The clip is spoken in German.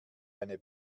eine